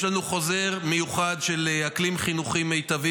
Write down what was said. יש לנו חוזר מיוחד של אקלים חינוכי מיטבי